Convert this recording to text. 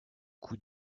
coup